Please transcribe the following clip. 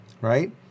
right